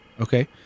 Okay